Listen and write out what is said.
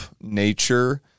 nature